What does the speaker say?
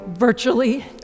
virtually